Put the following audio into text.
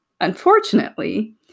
Unfortunately